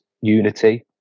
unity